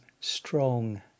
strong